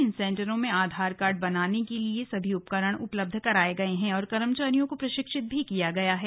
इन सेंटरों में आधार कार्ड बनाने के लिए सभी उपकरण उपलब्ध कराए गए हैं और कर्मचारियों को प्रशिक्षित भी किया गया है